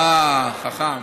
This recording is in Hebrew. אה, חכם.